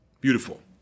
Beautiful